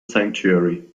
sanctuary